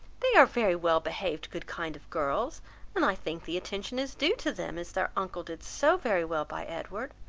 they are very well behaved, good kind of girls and i think the attention is due to them, as their uncle did so very well by edward.